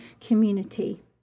community